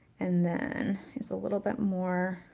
and then there's a little bit more